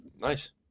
nice